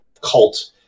cult